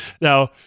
Now